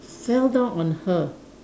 fell down on her